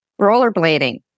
Rollerblading